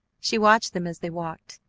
she watched them as they walked.